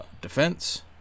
defense